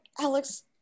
Alex